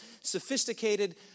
sophisticated